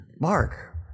Mark